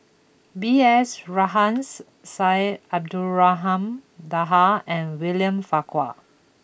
B S Rajhans Syed Abdulrahman Taha and William Farquhar